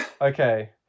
Okay